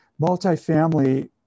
multifamily